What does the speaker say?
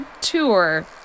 tour